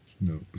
No